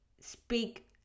speak